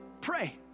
pray